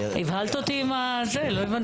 הבהלת אותי עם הזה, לא הבנתי.